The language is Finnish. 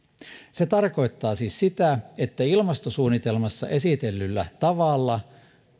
se tarkoittaa siis sitä että ilmastosuunnitelmassa esitellyllä tavalla